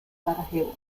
sarajevo